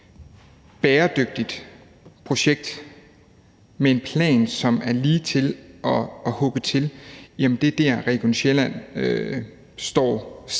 et bæredygtigt projekt med en plan, som er lige til at hugge til, så er det der, Region Sjælland står